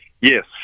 Yes